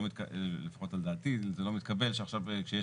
לפחות על דעתי, זה לא מתקבל שעכשיו יש